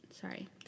Sorry